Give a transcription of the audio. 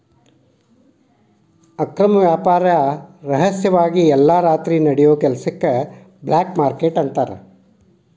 ಅಕ್ರಮ ವ್ಯಾಪಾರ ರಹಸ್ಯವಾಗಿ ಎಲ್ಲಾ ರಾತ್ರಿ ನಡಿಯೋ ಕೆಲಸಕ್ಕ ಬ್ಲ್ಯಾಕ್ ಮಾರ್ಕೇಟ್ ಅಂತಾರ